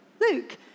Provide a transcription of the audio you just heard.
Luke